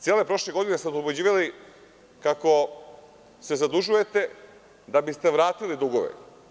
Cele prošle godine ste nas ubeđivali kako se zadužujete da biste vratili dugove.